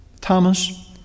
Thomas